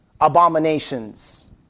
abominations